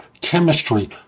chemistry